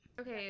Okay